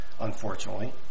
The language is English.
unfortunately